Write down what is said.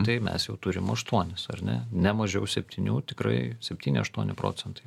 tai mes jau turim aštuonis ar ne ne mažiau septynių tikrai septyni aštuoni procentai